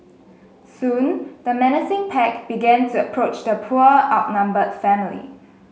soon the menacing pack began to approach the poor outnumbered family